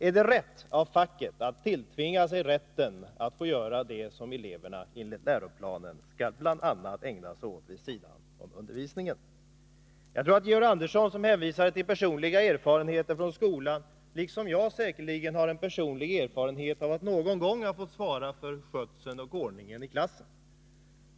Är det riktigt av facket att tilltvinga sig rätten att få göra det som eleverna enligt läroplanen bl.a. skall ägna sig åt vid sidan av undervisningen? Jag tror att Georg Andersson, som hänvisat till personliga erfarenheter från skolan, liksom jag säkerligen någon gång själv har fått svara för skötseln och ordningen i klassen.